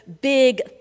big